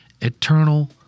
eternal